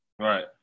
right